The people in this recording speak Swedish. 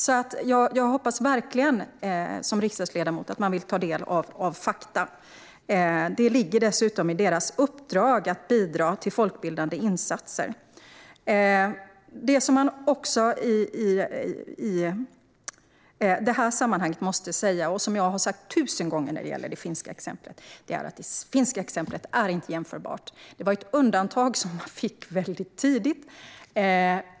Jag hoppas verkligen att riksdagsledamöterna vill ta del av fakta. Det ligger dessutom i deras uppdrag att bidra till folkbildande insatser. Det som också måste sägas i sammanhanget, och som jag har sagt tusen gånger, är att det finska exemplet inte är jämförbart. Finland fick tidigt ett undantag.